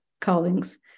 callings